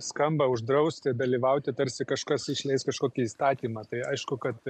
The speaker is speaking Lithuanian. skamba uždrausti dalyvauti tarsi kažkas išleis kažkokį įstatymą tai aišku kad